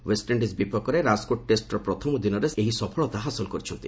West Indies ବିପକ୍ଷରେ ରାଜକୋଟ୍ ଟେଷ୍ଟର ପ୍ରଥମ ଦିନରେ ସେ ଏହି ସଫଳତା ହାସଲ କରିଛନ୍ତି